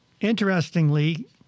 Interestingly